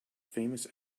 famous